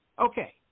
Okay